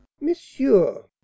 Monsieur